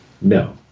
No